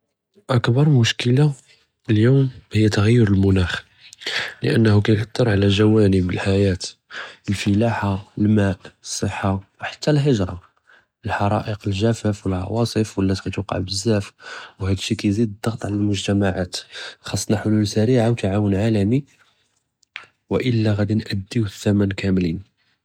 אכּבר מושכּלה אליום, היא תג'ר אלמנאח, כי אִכי יאותר עלא ג'ואנב אלחייאה, אלפלחה, אלמאא', אלסחיה, ו חתה אלהג'רה, אלחראיק, אלג'פאף, אלעוואסף, ולט כתוּוקע בזאף, ו האד א־שי כיזיד אלדַ'גּ'ץ עלא אלמֻג'תמעאת, חסנא חולול סראעיה ו תְעָאוּן עָלמי, ו אלא ג'אדי נאדיוא אִת'מן כאמלין.